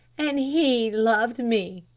and he loved me.